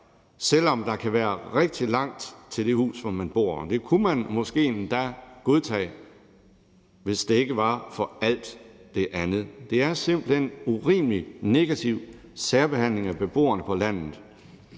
selv om der kan være rigtig langt til det hus, man bor i. Det kunne man måske endda godtage, hvis det ikke var for alt det andet. Det er simpelt hen en urimelig negativ særbehandling af beboerne på landet.